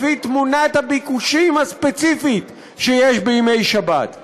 לפי תמונת הביקוש הספציפית שיש בימי שבת.